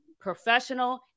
professional